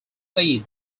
said